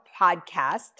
podcast